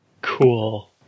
Cool